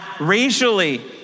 racially